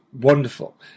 wonderful